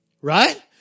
Right